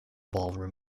ballroom